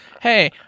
hey